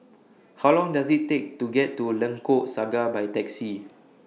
How Long Does IT Take to get to Lengkok Saga By Taxi